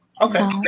Okay